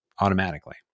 automatically